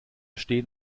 stehen